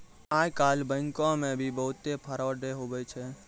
आइ काल्हि बैंको मे भी बहुत फरौड हुवै छै